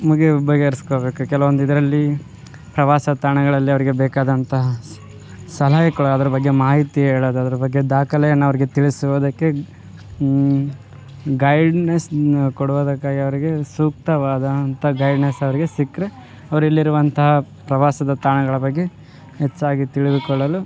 ಮುಗೇವ ಬಗೆಹರಿಸ್ಕೊಬೇಕು ಕೆಲವೊಂದು ಇದರಲ್ಲಿ ಪ್ರವಾಸ ತಾಣಗಳಲ್ಲಿ ಅವರಿಗೆ ಬೇಕಾದಂತಹ ಸಲಹೆ ಕೊಡೋದರ ಬಗ್ಗೆ ಮಾಹಿತಿ ಹೇಳೋದು ಅದ್ರ ಬಗ್ಗೆ ದಾಖಲೆಯನ್ನು ಅವ್ರಿಗೆ ತಿಳಿಸುವುದಕ್ಕೆ ಗೈಡ್ನೆಸ್ ಕೊಡುವದಕ್ಕಾಗಿ ಅವ್ರಿಗೆ ಸೂಕ್ತವಾದಂಥ ಗೈಡ್ನೆಸ್ ಅವ್ರಿಗೆ ಸಿಕ್ರೆ ಅವ್ರು ಇಲ್ಲಿರುವಂತಹ ಪ್ರವಾಸದ ತಾಣಗಳ ಬಗ್ಗೆ ಹೆಚ್ಚಾಗಿ ತಿಳಿದುಕೊಳ್ಳಲು